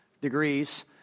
degrees